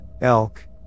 elk